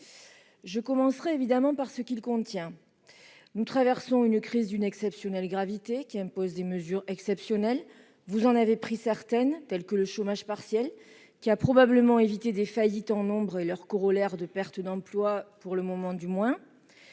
Je commencerai, bien évidemment, par ce qu'il contient. Nous traversons une crise d'une exceptionnelle gravité, qui impose des mesures tout aussi exceptionnelles. Vous en avez pris certaines, comme le chômage partiel qui a probablement évité des faillites en nombre et leur corollaire, les pertes d'emplois- tout du moins